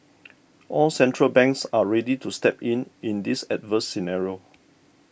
all central banks are ready to step in in this adverse scenario